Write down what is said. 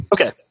Okay